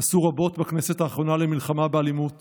עשו רבות בכנסת האחרונה למלחמה באלימות